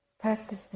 practicing